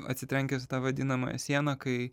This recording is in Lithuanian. atsitrenkęs į tą vadinamąją sieną kai